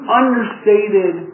understated